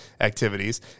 activities